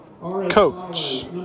Coach